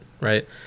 Right